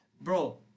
Bro